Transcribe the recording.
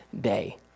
day